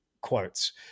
quotes